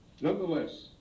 nonetheless